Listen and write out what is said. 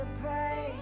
pray